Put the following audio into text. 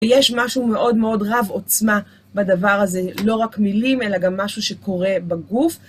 ויש משהו מאוד מאוד רב עוצמה בדבר הזה, לא רק מילים, אלא גם משהו שקורה בגוף.